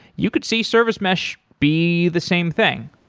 you could see service mesh be the same thing.